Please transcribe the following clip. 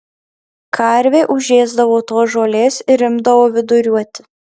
karvė užėsdavo tos žolės ir imdavo viduriuoti